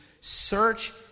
search